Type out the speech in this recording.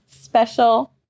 special